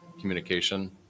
communication